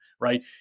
right